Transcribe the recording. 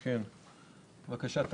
בבקשה.